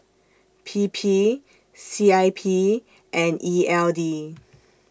P P C I P and E L D